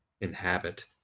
inhabit